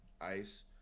ice